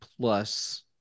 plus